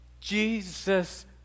Jesus